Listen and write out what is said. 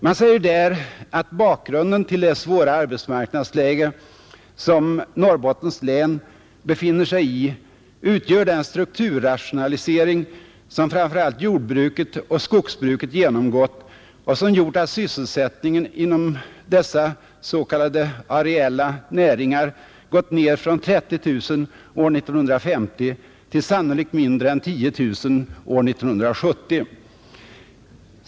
Man säger där att bakgrunden till det svåra arbetsmarknadsläge som Norrbottens län befinner sig i utgör den strukturrationalisering som framför allt jordbruket och skogsbruket genomgått och som gjort att sysselsättningen inom de s.k. areella näringarna gått ner från 30 000 år 1950 till sannolikt mindre än 10 000 år 1970.